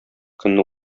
көнне